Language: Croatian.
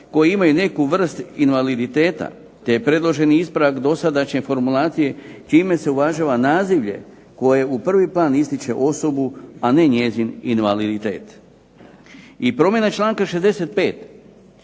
u pogledu članka 65.